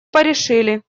порешили